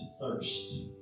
thirst